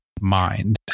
mind